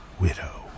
Widow